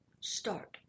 start